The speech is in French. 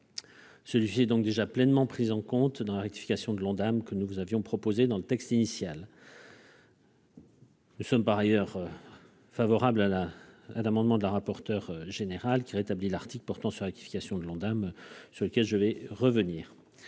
contexte est donc déjà pleinement pris en compte dans la rectification de l'Ondam que nous vous avions proposée dans le texte initial. Nous sommes par ailleurs favorables à l'amendement de Mme la rapporteure générale qui rétablit l'article portant sur la rectification de l'Ondam, sur lequel je vais revenir.